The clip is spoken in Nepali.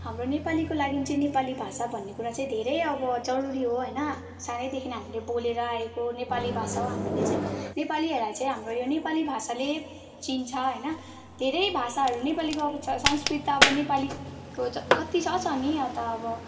हाम्रो नेपालीको लागि चाहिँ नेपाली भाषा भन्ने कुरा चाहिँ धेरै अब जरुरी हो होइन सानैदेखि हामीले बोलेर आएको नेपाली भाषा हो हामीले चाहिँ नेपालीहरूलाई चाहिँ हाम्रो यो नेपाली भाषाले चिन्छ होइन धेरै भाषाहरू नेपालीको अब छ संस्कृत त अब नेपालीको त कत्ति छ छ नि यहाँ त अब